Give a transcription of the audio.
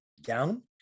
down